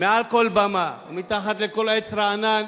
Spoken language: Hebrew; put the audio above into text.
מעל כל במה ומתחת לכל עץ רענן: